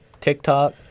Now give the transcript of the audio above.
TikTok